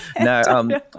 No